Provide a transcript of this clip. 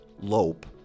lope